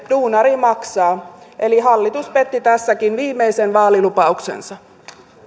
duunari maksaa eli hallitus petti tässäkin viimeisenkin vaalilupauksensa